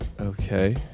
Okay